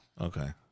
Okay